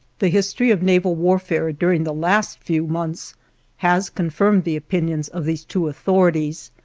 the history of naval warfare during the last few months has confirmed the opinions of these two authorities,